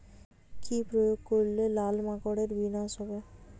কি প্রয়োগ করলে লাল মাকড়ের বিনাশ হবে?